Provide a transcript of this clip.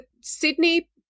Sydney